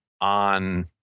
on